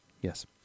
Yes